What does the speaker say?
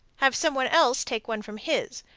have some one else take one from his,